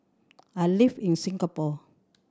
I live in Singapore